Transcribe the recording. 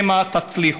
שמא תצליחו.